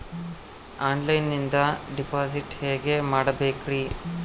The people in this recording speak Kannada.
ಆನ್ಲೈನಿಂದ ಡಿಪಾಸಿಟ್ ಹೇಗೆ ಮಾಡಬೇಕ್ರಿ?